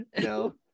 no